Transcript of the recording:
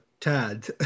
tad